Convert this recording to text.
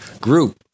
group